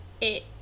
it-